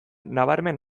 nabarmen